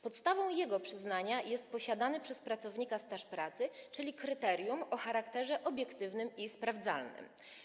Podstawą jego przyznania jest posiadany przez pracownika staż pracy, czyli kryterium o charakterze obiektywnym i sprawdzalnym.